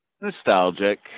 Nostalgic